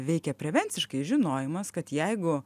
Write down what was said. veikia prevenciškai žinojimas kad jeigu